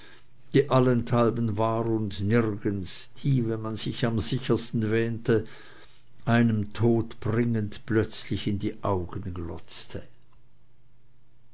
die allenthalben war und nirgends die wenn man am sichersten sich wähnte einem todbringend plötzlich in die augen glotzte